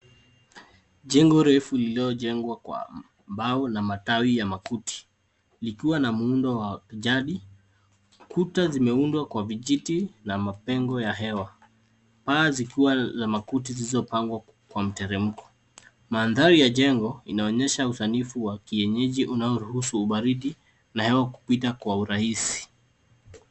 Jengo refu lililojengwa kwa mbao na matawi ya makuti likiwa na muundo wa jadi. Kuta zimeundwa kwa vijiti na mapengo ya hewa. Paa zikiwa za makuti zilizopangwa kwa mteremko. Mandhari ya jengo inaonekana usanifu wa kienyeji unaoruhusu ubaridi na hewa kupita kwa urahisi.